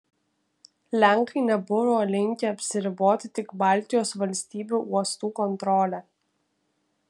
lenkai nebuvo linkę apsiriboti tik baltijos valstybių uostų kontrole